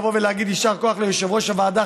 לבוא ולהגיד יישר כוח ליושב-ראש הוועדה,